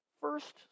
first